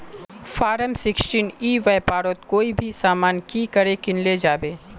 Form sixteen ई व्यापारोत कोई भी सामान की करे किनले जाबे?